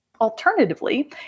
Alternatively